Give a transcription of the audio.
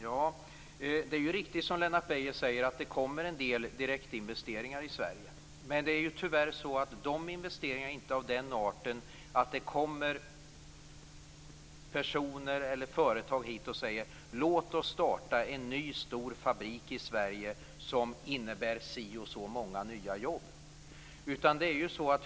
Fru talman! Det är riktigt som Lennart Beijer säger: Det kommer en del direktinvesteringar till Sverige. Men tyvärr är de investeringarna inte av den arten att det kommer personer eller företag hit och säger: Låt oss starta en ny, stor fabrik i Sverige som innebär si och så många nya jobb.